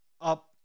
up